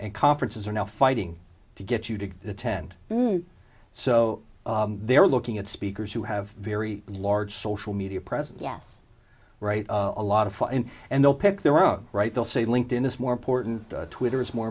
and conferences are now fighting to get you to attend so they're looking at speakers who have very large social media presence yes right a lot of and they'll pick their own right they'll say linked in is more important twitter is more